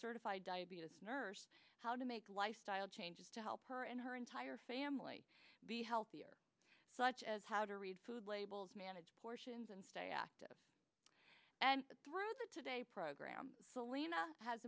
certified diabetes nurse how to make lifestyle changes to help her in her entire family be healthier such as how to read food labels manage portions and stay active and through the today program selena has